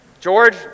George